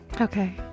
okay